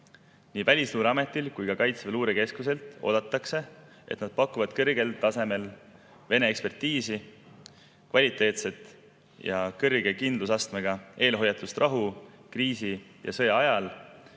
Nii Välisluureametilt kui ka Kaitseväe Luurekeskuselt oodatakse, et nad pakuvad kõrgel tasemel Vene-ekspertiisi, kvaliteetset ja kõrge kindlusastmega eelhoiatust rahu‑, kriisi‑ ja sõjaajal